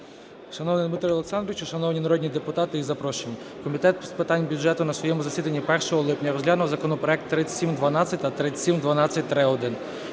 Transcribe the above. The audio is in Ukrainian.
Шановний Дмитре Олександровичу, шановні народні депутати і запрошені! Комітет з питань бюджету на своєму засіданні 1 липня розглянув законопроекти 3712 та 3712-1